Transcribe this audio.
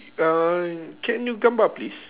uh can you come out please